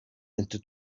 into